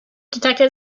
detected